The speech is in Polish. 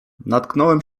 natknąłem